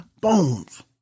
bones